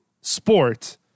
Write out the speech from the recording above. sport